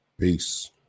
Peace